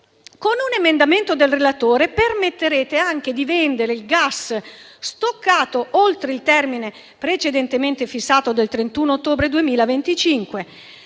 Con un emendamento del relatore permetterete anche di vendere il gas stoccato oltre il termine precedentemente fissato del 31 ottobre 2025.